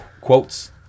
quotes